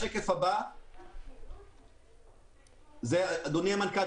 אדוני המנכ"ל,